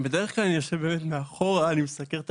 בדרך-כלל אני יושב מאחור, אני מסקר את